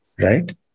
right